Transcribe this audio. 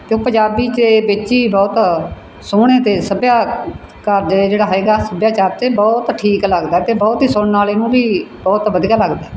ਅਤੇ ਉਹ ਪੰਜਾਬੀ ਦੇ ਵਿੱਚ ਹੀ ਬਹੁਤ ਸੋਹਣੇ ਅਤੇ ਸਭਿਆ ਘਰ ਦੇ ਜਿਹੜਾ ਹੈਗਾ ਸੱਭਿਆਚਾਰ ਤੇ ਬਹੁਤ ਠੀਕ ਲੱਗਦਾ ਅਤੇ ਬਹੁਤ ਹੀ ਸੁਣਨ ਵਾਲੇ ਨੂੰ ਵੀ ਬਹੁਤ ਵਧੀਆ ਲੱਗਦਾ